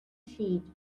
sheet